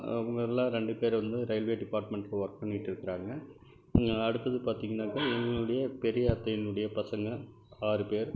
அவங்கள்ல ரெண்டு பேர் வந்து ரயில்வே டிபார்ட்மென்ட்டில் ஒர்க் பண்ணிகிட்டு இருக்கிறாங்க அடுத்தது பார்த்தீங்கன்னாக்கா என்னுடைய பெரிய அத்தையினுடைய பசங்க ஆறு பேர்